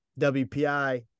WPI